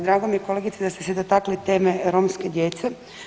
Drago mi je kolegice da ste se dotakli teme romske djece.